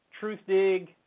Truthdig